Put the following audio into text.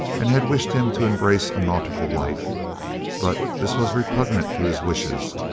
and had wished him to embrace a nautical life but this was repugnant to his wishes,